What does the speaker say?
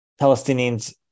Palestinians